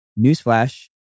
newsflash